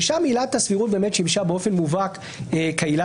כששם עילת הסבירות באמת שימשה באופן מובהק כעילה